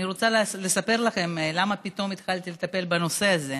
אני רוצה לספר לכם למה פתאום התחלתי לטפל בנושא הזה.